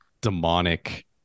demonic